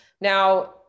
Now